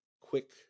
quick